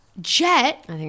Jet